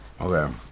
Okay